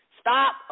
Stop